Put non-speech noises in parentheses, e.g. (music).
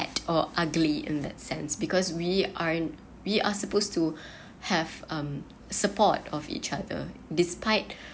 or ugly in that sense because we are we are supposed to (breath) have um support of each other despite